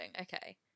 Okay